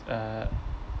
uh